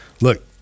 look